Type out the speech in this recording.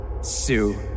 Sue